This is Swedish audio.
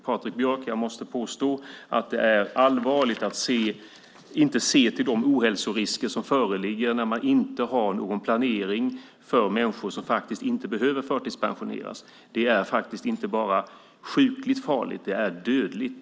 Patrik Björck, jag måste påstå att det är allvarligt att man inte ser till de ohälsorisker som föreligger när man inte har någon planering för människor som faktiskt inte behöver förtidspensioneras. Det är faktiskt inte bara sjukligt farligt. Det är dödligt.